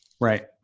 Right